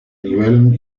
nivel